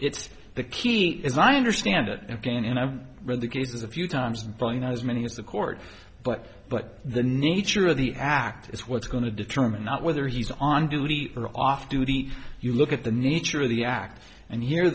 it's the key as i understand it again and i've read the cases a few times as many as the court but but the nature of the act is what's going to determine not whether he's on duty or off duty you look at the nature of the act and he